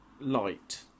light